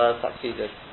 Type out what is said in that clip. succeeded